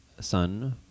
sun